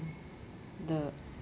the